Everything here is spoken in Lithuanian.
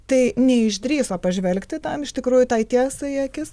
tai neišdrįso pažvelgti tam iš tikrųjų tai tiesai į akis